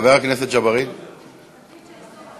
חבר הכנסת ג'בארין, מוותר?